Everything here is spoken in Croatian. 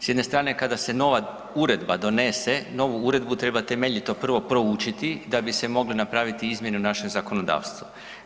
S jedne strane kada se nova uredba donese, novu uredbu treba temeljito prvo proučiti da bi se mogle napraviti izmjene u našem zakonodavstvu.